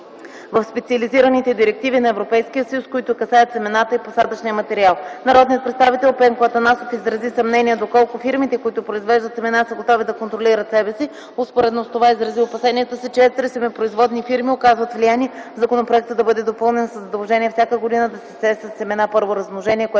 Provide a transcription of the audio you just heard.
в специализираните директиви на Европейския съюз, които касаят семената и посадъчния материал. Народният представител Пенко Атанасов изрази съмнение доколко фирмите, които произвеждат семена, са готови да контролират себе си. Успоредно с това изрази и опасенията си, че едри семепроизводни фирми оказват влияние законопроектът да бъде допълнен със задължение всяка година да се сее със семена първо размножение, което